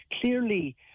Clearly